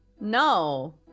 No